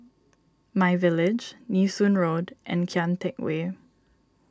My Village Nee Soon Road and Kian Teck Way